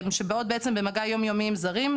שבאות במגע יום יומי עם זרים,